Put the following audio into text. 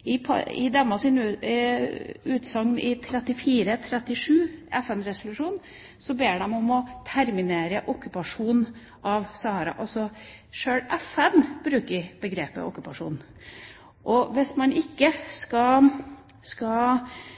I FN-resolusjon 34/37 ber de Marokko om å terminere okkupasjonen av Vest-Sahara. Altså: Sjøl FN bruker begrepet «okkupasjon». Hvis man ikke skal bruke ordet «okkupasjon», skal